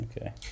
Okay